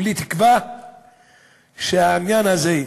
כולי תקווה שהעניין הזה,